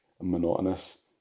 monotonous